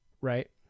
right